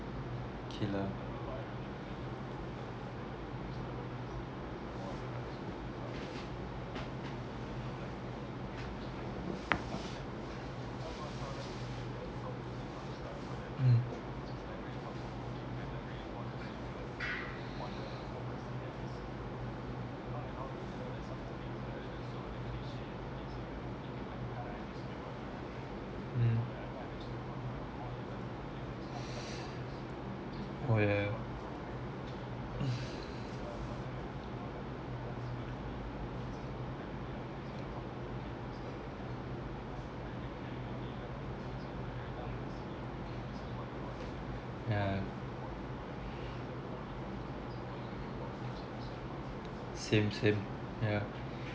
okay lah mm mm oh yeah yeah same same yeah